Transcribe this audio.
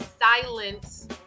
silence